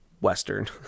Western